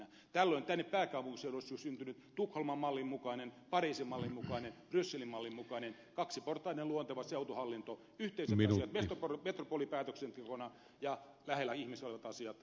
tällöin tänne pääkaupunkiseudulle olisi syntynyt tukholman mallin mukainen pariisin mallin mukainen brysselin mallin mukainen kaksiportainen luonteva seutuhallinto yhteiset asiat metropolipäätöksentekona ja lähellä ihmistä olevat asiat kuntien tasolla